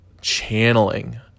channeling